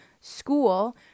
school